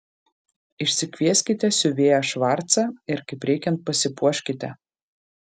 išsikvieskite siuvėją švarcą ir kaip reikiant pasipuoškite